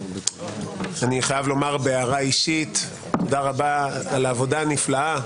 אני חייב לומר בהערה אישית: תודה רבה על העבודה הנפלאה.